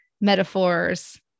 metaphors